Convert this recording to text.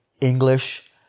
English